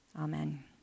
Amen